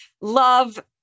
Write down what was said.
Love